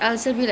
mm